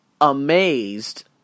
amazed